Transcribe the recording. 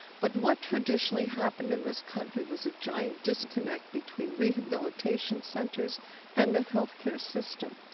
but what traditionally happened in this country was a giant disconnect between rehabilitation centers and the health care system.